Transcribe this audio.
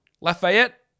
Lafayette